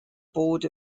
board